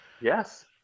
Yes